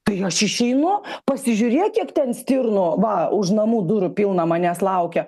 tai aš išeinu pasižiūrėk kiek ten stirnų va už namų durų pilna manęs laukia